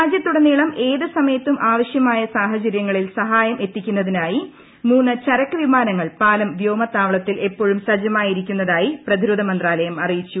രാജ്യത്തുടനീളം ഏതുസമയത്തും ആവശ്യമായ സാഹചരൃങ്ങളിൽ സഹായം എത്തിക്കുന്നതിനായി ദ ദ ചരക്ക് വിമാനങ്ങൾ പാലം വ്യോമ താവളത്തിൽ എപ്പോഴും സജ്ജമായി ഇരിക്കുന്നതായി പ്രതിരോധ മന്ത്രാലയം അറിയിച്ചു